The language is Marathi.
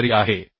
आभारी आहे